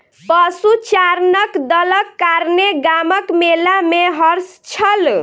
पशुचारणक दलक कारणेँ गामक मेला में हर्ष छल